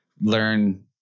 learn